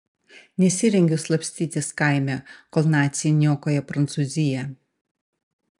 nesirengiu slapstytis kaime kol naciai niokoja prancūziją